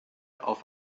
auf